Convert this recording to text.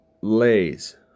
lays